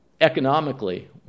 economically